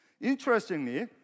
Interestingly